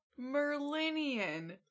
Merlinian